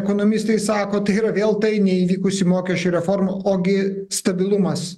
ekonomistai sako tai yra vėl tai neįvykusi mokesčių reforma ogi stabilumas